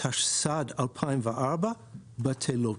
התשס"ד-2004 בטלות.